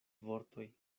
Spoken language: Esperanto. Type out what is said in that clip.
vortoj